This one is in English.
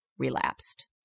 Relapsed